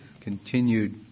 continued